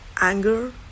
anger